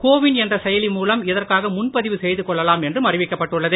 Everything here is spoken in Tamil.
கோவின் என்ற செயலி மூலம் இதற்காக முன்பதிவு செய்துகொள்ளலாம் என்றும் அறிவிக்கப்பட்டுள்ளது